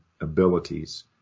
abilities